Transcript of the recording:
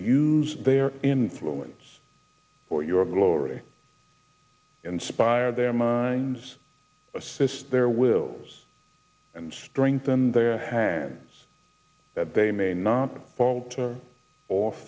use their influence for your glory inspire their minds assist their wills and strengthen their hands that they may not falter o